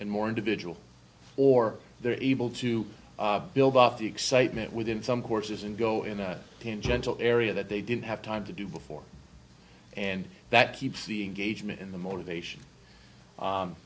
and more individual or they're able to build up the excitement within some courses and go in a tangential area that they didn't have time to do before and that keeps the engagement in the motivation